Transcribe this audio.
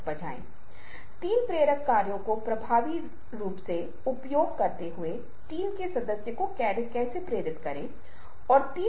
मैं मोटे तौर पर इसका अनुवाद करूंगा और नाट्यधर्मी द्वारा हम चीजों को सांस्कृतिक रूप से निर्धारित करेंगे